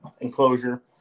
enclosure